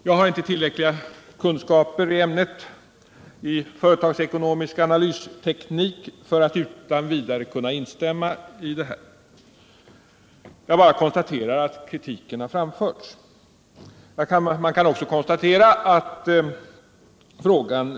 Jag har inte tillräckliga kunskaper i ämnet företagsekonomisk analysteknik för att utan vidare kunna instämma i detta. Jag bara konstaterar att kritiken har framförts.